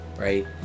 Right